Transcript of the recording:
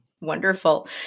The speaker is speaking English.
Wonderful